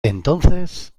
entonces